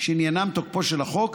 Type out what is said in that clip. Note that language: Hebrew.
שעניינם תוקפו של החוק,